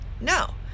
No